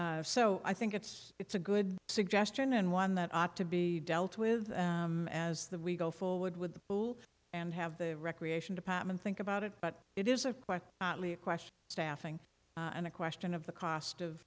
day so i think it's it's a good suggestion and one that ought to be dealt with as that we go forward with the pool and have the recreation department think about it but it is a question staffing and a question of the cost of